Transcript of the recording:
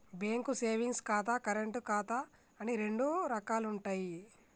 bank savings ఖాతా, current ఖాతా అని రెండు రకాలుంటయ్యి